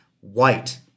white